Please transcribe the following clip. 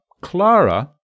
Clara